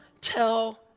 tell